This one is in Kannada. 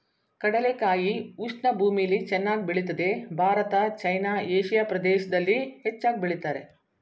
ಕಡಲೆಕಾಯಿ ಉಷ್ಣ ಭೂಮಿಲಿ ಚೆನ್ನಾಗ್ ಬೆಳಿತದೆ ಭಾರತ ಚೈನಾ ಏಷಿಯಾ ಪ್ರದೇಶ್ದಲ್ಲಿ ಹೆಚ್ಚಾಗ್ ಬೆಳಿತಾರೆ